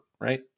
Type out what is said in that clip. Right